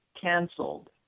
canceled